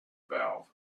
valve